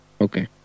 Okay